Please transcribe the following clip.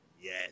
yes